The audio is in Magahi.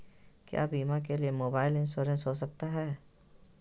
क्या बीमा के लिए मोबाइल इंश्योरेंस हो सकता है?